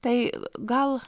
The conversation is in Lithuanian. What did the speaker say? tai gal